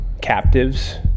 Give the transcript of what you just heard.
captives